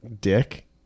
dick